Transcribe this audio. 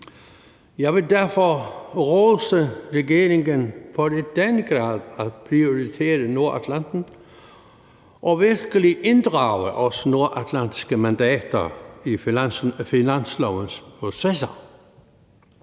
Jeg vil derfor rose regeringen for i den grad at prioritere Nordatlanten og virkelig inddrage os nordatlantiske mandater i finanslovens processer.